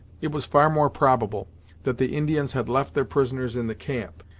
it was far more probable that the indians had left their prisoners in the camp,